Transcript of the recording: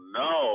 no